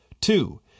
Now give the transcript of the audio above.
Two